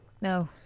No